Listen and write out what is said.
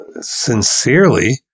sincerely